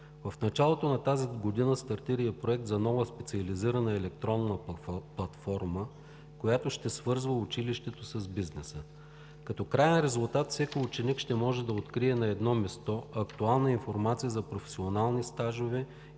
В началото на тази година стартира и Проект за нова специализирана електронна платформа, която ще свързва училището с бизнеса. Като краен резултат всеки ученик ще може да открие на едно място актуална информация за професионални стажове,